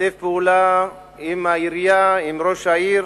לשתף פעולה עם העירייה, עם ראש העיר,